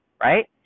Right